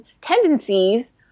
tendencies